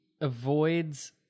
avoids